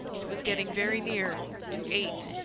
it was getting very near to eight.